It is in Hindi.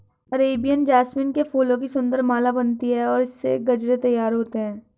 अरेबियन जैस्मीन के फूलों की सुंदर माला बनती है और इससे गजरे तैयार होते हैं